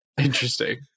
interesting